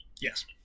Yes